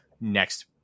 next